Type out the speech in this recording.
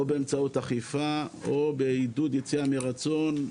או באמצעות אכיפה או בעידוד יציאה מרצון,